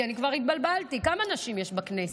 כי כבר התבלבלתי: כמה נשים יש בכנסת?